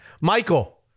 Michael